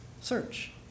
search